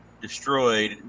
destroyed